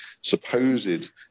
supposed